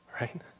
right